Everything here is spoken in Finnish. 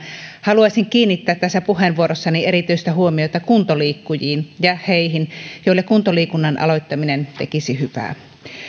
haluaisin kiinnittää tässä puheenvuorossani erityistä huomiota kuntoliikkujiin ja heihin joille kuntoliikunnan aloittaminen tekisi hyvää